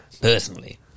personally